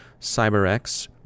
CyberX